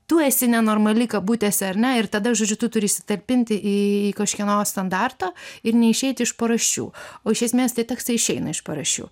tu esi nenormali kabutėse ar ne ir tada žodžiu tu turi sutalpinti į kažkieno standartą ir neišeiti iš paraščių o iš esmės tie tekstai išeina iš paraščių